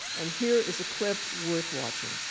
and here is a clip worth watching.